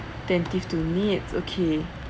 attentive to needs okay